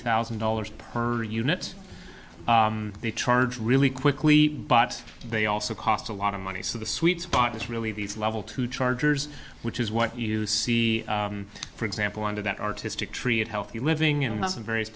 thousand dollars per unit they charge really quickly but they also cost a lot of money so the sweet spot is really these level two chargers which is what you see for example under that artistic tree of healthy living in less than various